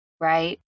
right